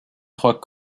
trois